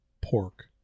pork